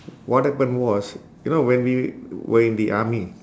what happen was you know when we were in the army